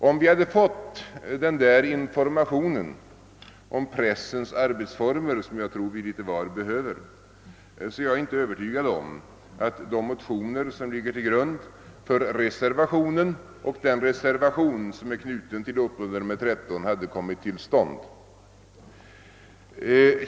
Om vi hade fått denna information om pressens arbetsformer som jag tror att vi litet var behöver, är jag inte övertygad om att de motioner som ligger till grund för den reservation som är knuten till utlåtandet nr 13 hade kommit till stånd.